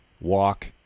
walk